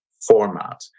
format